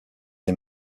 des